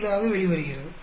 67 ஆக வெளிவருகிறது